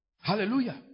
Hallelujah